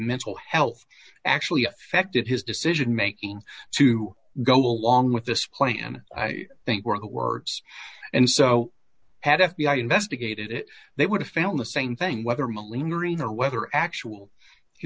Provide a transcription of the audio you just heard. mental health actually affected his decision making to go along with this plan and i think were the words and so had f b i investigated it they would have found the same thing whether mylene green or whether actual he